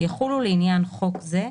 יחולו לעניין חוק זה,